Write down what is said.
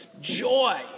Joy